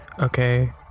okay